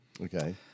Okay